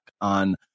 on